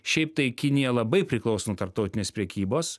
šiaip tai kinija labai priklauso nuo tarptautinės prekybos